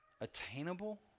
attainable